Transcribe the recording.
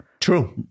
True